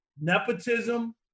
nepotism